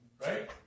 Right